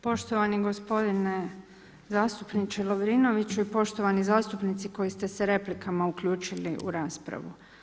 Poštovani gospodine zastupniče Lovrinoviću i poštovani zastupnici koji ste se replikama uključili u raspravu.